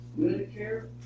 Medicare